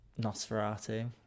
Nosferatu